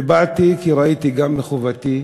באתי כי ראיתי גם מחובתי,